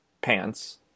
pants